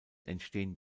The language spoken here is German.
entstehen